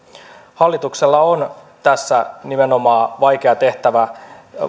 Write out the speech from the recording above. hallituksella on tässä nimenomaan vaikea tehtävä